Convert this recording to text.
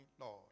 Lord